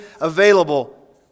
available